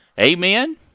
Amen